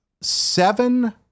seven